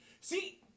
See